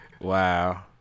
Wow